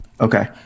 Okay